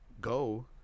go